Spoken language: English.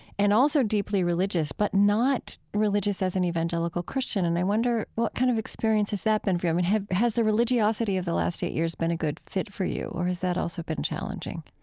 and also deeply religious, but not religious as an evangelical christian. and i wonder what kind of experience has that been for you. i mean, has the religiosity of the last eight years been a good fit for you or has that also been challenging?